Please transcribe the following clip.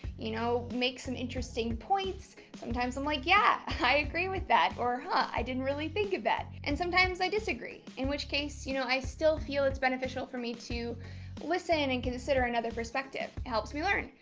you know make some interesting points sometimes i'm like yeah, i agree with that or huh? i didn't really think of that. and sometimes i disagree in which case you know i still feel it's beneficial for me to listen and consider another perspective helps me learn.